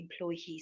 employees